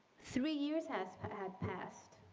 three years has had past.